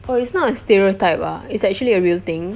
oh it's not a stereotype ah it's actually a real thing